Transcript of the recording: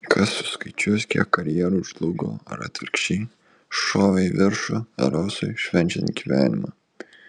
kas suskaičiuos kiek karjerų žlugo ar atvirkščiai šovė į viršų erosui švenčiant gyvenimą